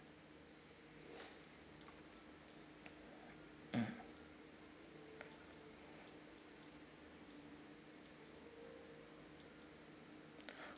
mm